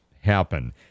happen